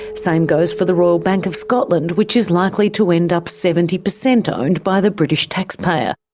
same goes for the royal bank of scotland which is likely to end up seventy percent owned by the british taxpayer.